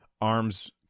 ARMS